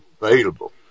available